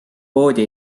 poodi